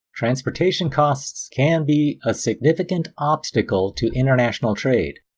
transportation costs can be ah significant obstacle to international trade.